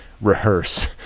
rehearse